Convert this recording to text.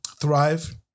thrive